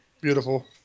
beautiful